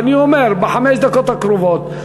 ואני אומר: בחמש דקות הקרובות,